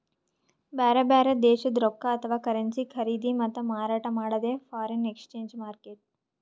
ಬ್ಯಾರೆ ಬ್ಯಾರೆ ದೇಶದ್ದ್ ರೊಕ್ಕಾ ಅಥವಾ ಕರೆನ್ಸಿ ಖರೀದಿ ಮತ್ತ್ ಮಾರಾಟ್ ಮಾಡದೇ ಫಾರೆನ್ ಎಕ್ಸ್ಚೇಂಜ್ ಮಾರ್ಕೆಟ್